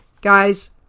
Guys